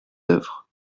œuvres